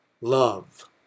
love